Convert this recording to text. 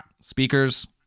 speakers